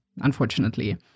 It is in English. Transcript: unfortunately